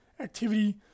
activity